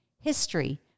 History